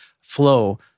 flow